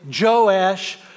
Joash